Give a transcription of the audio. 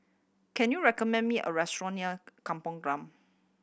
can you recommend me a restaurant near Kampong Glam